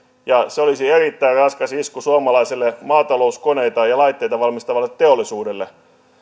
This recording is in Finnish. ja se olisi erittäin raskas isku suomalaiselle maatalouskoneita ja laitteita valmistavalle teollisuudelle